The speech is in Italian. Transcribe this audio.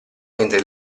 mentre